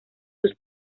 sus